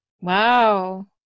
Wow